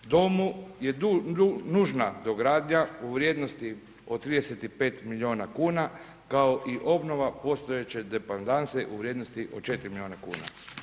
K tomu je nužna dogradnja u vrijednosti od 35 miliona kuna kao i obnova postojeće depadanse u vrijednosti od 4 miliona kuna.